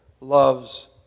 loves